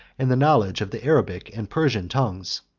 and the knowledge of the arabic and persian tongues.